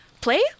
play